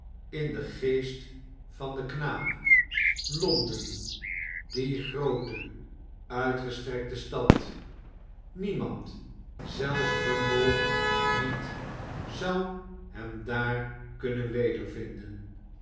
in den geest van den knaap londen die groote uitgestrekte stad niemand zelfs bumble niet zou hem daar kunnen